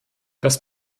das